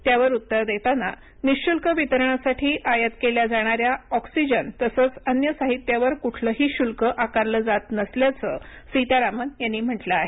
त्यावर उत्तर देताना निशुल्क वितरणासाठी आयात केल्या जाणाऱ्या ऑक्सिजनतसंच अन्य साहित्यावर कुठलंही शुल्क आकारलं जात नसल्याचं सीतारामन यांनी म्हटलं आहे